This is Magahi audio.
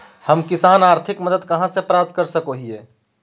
हम किसान आर्थिक मदत कहा से प्राप्त कर सको हियय?